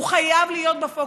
והוא חייב להיות בפוקוס.